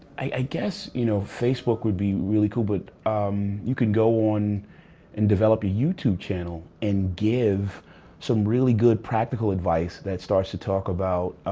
i guess, you know facebook would be really cool, but you could go on and develop a youtube channel, and give some really good practical advice that starts to talk about